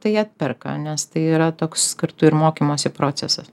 tai atperka nes tai yra toks kartu ir mokymosi procesas